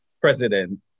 president